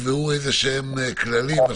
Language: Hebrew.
שיקבעו כללים,